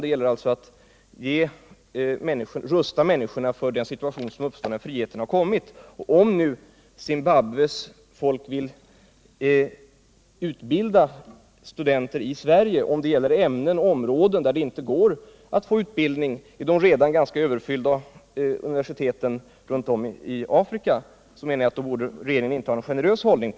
Det gäller alltså att rusta människorna för den situation som uppstår när friheten har kommit. Om nu ZAPU vill utbilda studenter i Sverige, om det gäller ämnen och på områden där det inte går att få utbildning i de redan ganska överfyllda universiteten runt om i Afrika, borde regeringen på den punkten inta en generös hållning.